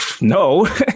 no